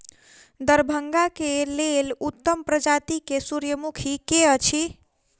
दरभंगा केँ लेल उत्तम प्रजाति केँ सूर्यमुखी केँ अछि?